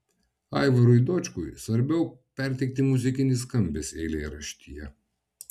aivarui dočkui svarbiau perteikti muzikinį skambesį eilėraštyje